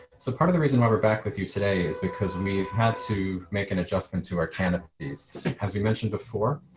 so part of the reason why we're back with you today is because we've had to make an adjustment to our canopies as we mentioned before,